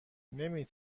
نمی